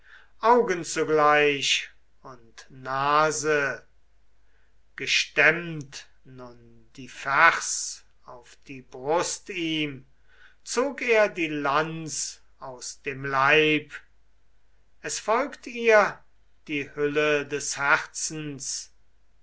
augen zugleich und nase gestemmt nun die fers auf die brust ihm zog er die lanz aus dem leib es folgt ihr die hülle des herzens